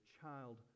child